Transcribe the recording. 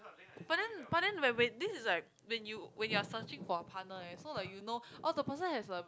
but then but then when when this is like when you when you're searching for a partner eh so like you know oh the person has a